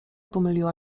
pomyliła